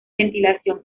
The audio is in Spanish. ventilación